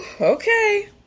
okay